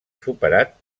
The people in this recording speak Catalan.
superat